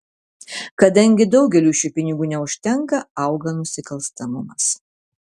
kadangi daugeliui šių pinigų neužtenka auga nusikalstamumas